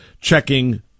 checking